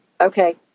Okay